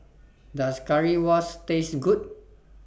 Does Currywurst Taste Good